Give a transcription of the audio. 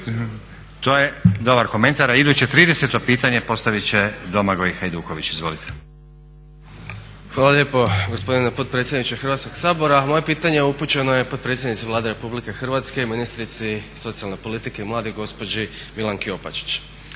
To je dobar komentar. A iduće 30.pitanje postavit će Domagoj Hajduković. Izvolite. **Hajduković, Domagoj (SDP)** Hvala lijepo gospodine potpredsjedniče Hrvatskog sabora. Moje pitanje je upućeno potpredsjednici Vlade RH i ministrici socijalne politike i mladih gospođi Milanki Opačić.